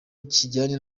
kijyanye